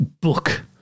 book